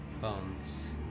bones